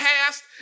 past